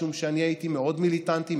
משום שאני הייתי מאוד מיליטנטי,